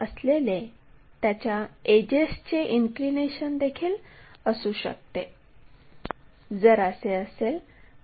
तर आपल्याकडे c आणि c हे दोन बिंदू आहेत आणि ही लोकस लाईन आहे